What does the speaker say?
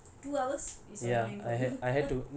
two hours is annoying for you